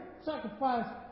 sacrifice